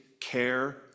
care